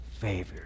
favor